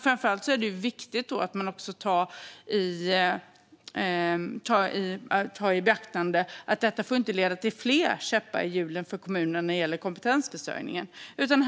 Framför allt är det viktigt att ta i beaktande att detta inte får leda till fler käppar i hjulen för kommunerna när det gäller kompetensförsörjningen.